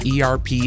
ERP